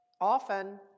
often